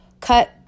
cut